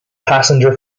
passenger